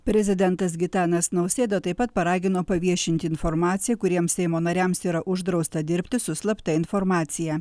prezidentas gitanas nausėda taip pat paragino paviešinti informaciją kuriems seimo nariams yra uždrausta dirbti su slapta informacija